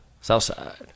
Southside